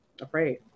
afraid